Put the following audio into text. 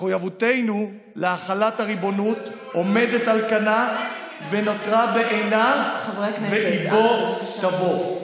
מחויבותנו להחלת הריבונות עומדת על כנה ונותרה בעינה והיא בוא תבוא.